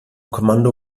kommando